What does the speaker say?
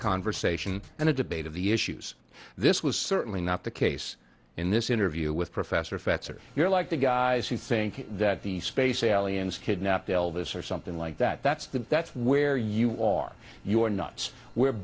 conversation and a debate of the issues this was certainly not the case in this interview with professor fetzer you're like the guys who think that the space aliens kidnapped elvis or something like that that's the that's where you are you're nuts we're